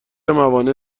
موانع